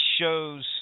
shows